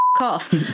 off